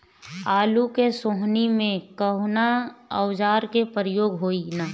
आलू के सोहनी में कवना औजार के प्रयोग होई?